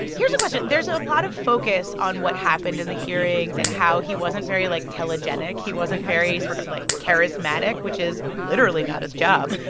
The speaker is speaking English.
here's a question. there's a lot of focus on what happened in the hearings and how he wasn't very, like, telegenic. he wasn't very sort of, like, charismatic, which is literally not his job